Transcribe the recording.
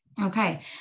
Okay